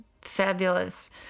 fabulous